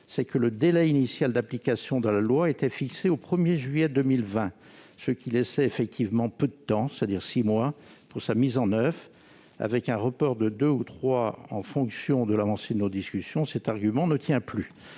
c'est que le délai initial d'application de la loi était fixé au 1 juillet 2020, ce qui laissait effectivement peu de temps, c'est-à-dire six mois, pour sa mise en oeuvre, avec un report de deux ou trois mois en fonction de l'avancée de nos discussions. Cet argument ne tient plus.